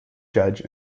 judge